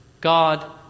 God